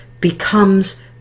becomes